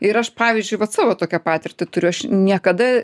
ir aš pavyzdžiui vat savo tokią patirtį turiu aš niekada